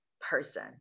person